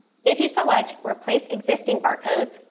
if you select replace existing barcodes,